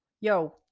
Yo